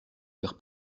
faire